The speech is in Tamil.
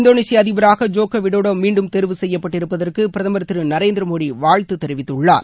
இந்தோனேஷிய அதிபராக ஜோக்கோ விடோடோ மீண்டும் தேர்வு செய்யப்பட்டிருப்பதற்கு பிரதம் திரு நரேந்திர மோடி வாழ்த்துத் தெரிவித்துள்ளார்